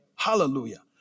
Hallelujah